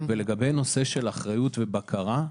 לגבי הנושא של אחריות ובקרה,